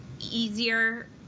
easier